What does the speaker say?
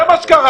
זה מה שקרה.